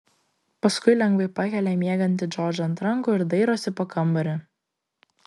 paskui lengvai pakelia miegantį džordžą ant rankų ir dairosi po kambarį